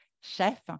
chef